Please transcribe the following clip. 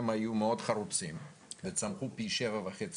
הם היו מאוד חרוצים וצמחו פי שבע וחצי